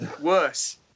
Worse